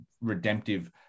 redemptive